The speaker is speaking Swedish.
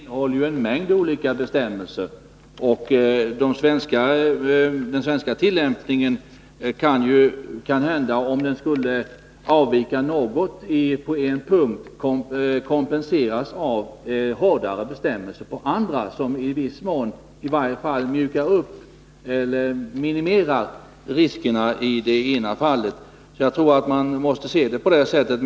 Herr talman! Denna kod innehåller en mängd olika bestämmelser, och den svenska tillämpningen kan kanhända, om den skulle avvika något på en punkt, kompenseras av hårdare bestämmelser på andra, syftande till att minimera riskerna. Jag tror att man måste se saken på det sättet.